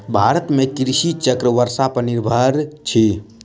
भारत में कृषि चक्र वर्षा पर निर्भर अछि